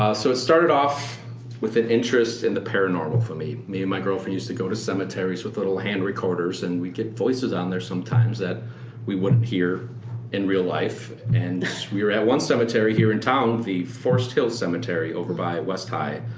so it started off with an interest in the paranormal for me. me and my girlfriend used to go to cemeteries with little hand recorders and get voices on there sometimes that we wouldn't hear in real life. and we were at one cemetery here in town, the forest hill cemetery over by west high.